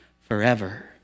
forever